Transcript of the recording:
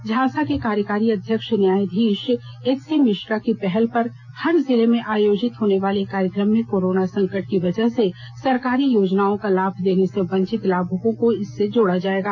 झालसा के कार्यकारी अध्यक्ष न्यायधीश एचसी मिश्रा की पहल पर हर जिले में आयोजित होनेवाले कार्यक्रम में कोरोना संकट की वजह से सरकारी योजनाओं का लाभ लेने से वंचित लाभुकों को इससे जोड़ा जाएगा